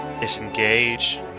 disengage